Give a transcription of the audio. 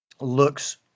looks